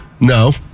No